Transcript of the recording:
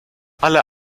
alle